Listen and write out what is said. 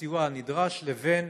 הסיוע הנדרש לבין